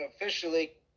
officially